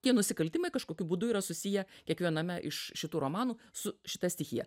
tie nusikaltimai kažkokiu būdu yra susiję kiekviename iš šitų romanų su šita stichija